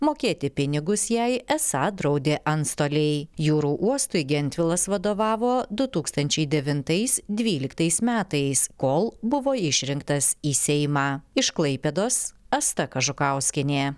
mokėti pinigus jai esą draudė antstoliai jūrų uostui gentvilas vadovavo du tūkstančiai devintais dvyliktais metais kol buvo išrinktas į seimą iš klaipėdos asta kažukauskienė